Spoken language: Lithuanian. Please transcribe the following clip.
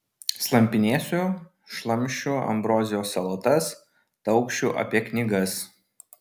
slampinėsiu šlamšiu ambrozijų salotas taukšiu apie knygas